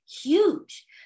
huge